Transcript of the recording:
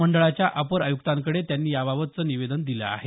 मंडळाच्या अपर आय़क्तांकडे त्यांनी याबाबतचं निवेदन दिलं आहे